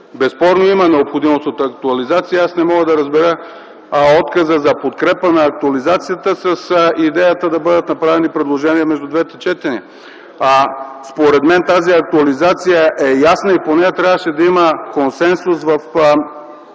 Безспорно има необходимост от актуализация и аз не мога да разбера отказа за подкрепа на актуализацията с идеята да бъдат направени предложения между двете четения. Според мен актуализацията е ясна и по нея трябваше да има консенсус в